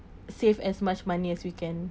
save as much money as we can